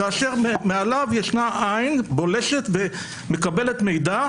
כאשר מעליו יש עין בולשת שמקבלת מידע,